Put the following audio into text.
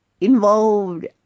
involved